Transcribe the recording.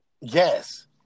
Yes